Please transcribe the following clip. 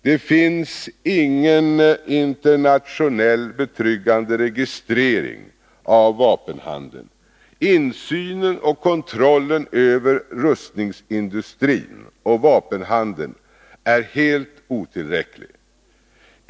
Det finns ingen internationell betryggande registrering av vapenhandeln. Insynen i och kontrollen över rustningsindustrin och vapenhandeln är helt otillräcklig.